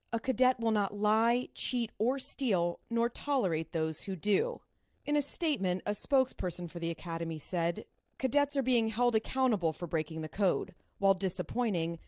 a cadet will not lie, cheat or steal nor tolerate those who do in a statement, a spokesperson for the academy said cadets are being held accountable for breaking the code. while disappointing,